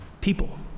people